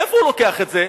מאיפה הוא לוקח את זה?